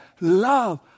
love